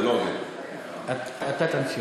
זה לא, אתה תמשיך.